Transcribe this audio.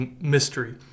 mystery